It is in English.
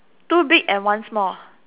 two big and one small